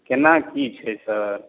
केना की छै सर